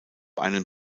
einen